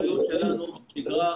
בשגרה,